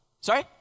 Sorry